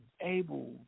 able